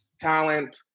Talent